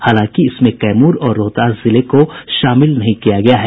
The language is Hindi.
हालांकि इसमें कैमूर और रोहतास जिले को शामिल नहीं किया गया है